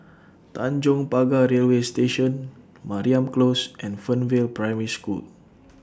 Tanjong Pagar Railway Station Mariam Close and Fernvale Primary School